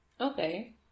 Okay